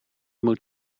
moet